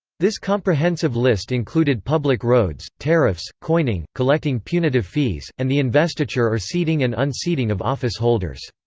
this comprehensive list included public roads, tariffs, coining, collecting punitive fees, and the investiture or seating and unseating of office holders.